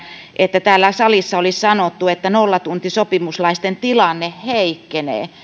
että täällä salissa oli sanottu että nollatuntisopimuslaisten tilanne heikkenee